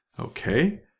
Okay